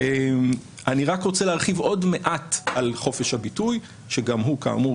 אני רוצה להרחיב עוד מעט על חופש הביטוי שכאמור גם